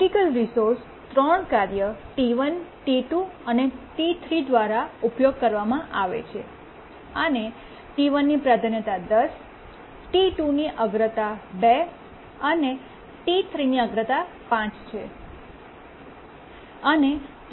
critical resource ત્રણ કાર્ય T1T2 અને T3 દ્વારા ઉપયોગ કરવામાં આવે છે અને T1ની પ્રાધાન્યતા 10 T2 ની અગ્રતા 2 અને T3ની અગ્રતા 5 છે